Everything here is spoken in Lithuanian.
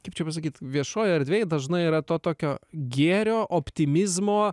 kaip čia pasakyt viešoj erdvėj dažnai yra to tokio gėrio optimizmo